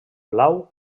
blau